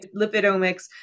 lipidomics